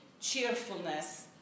cheerfulness